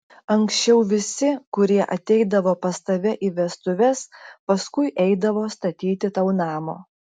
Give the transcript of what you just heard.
anksčiau visi kurie ateidavo pas tave į vestuves paskui eidavo statyti tau namo